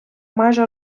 майже